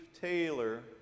Taylor